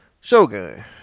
Shogun